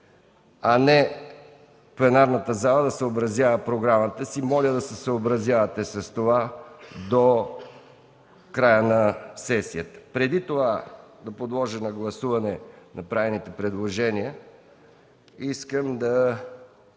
а не пленарната зала да съобразява програмата си. Моля да се съобразявате с това до края на сесията. Преди да подложа на гласуване направените предложения, искам да